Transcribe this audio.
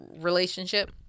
relationship